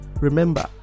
Remember